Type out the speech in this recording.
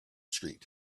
street